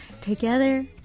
together